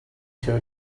too